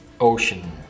ocean